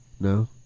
no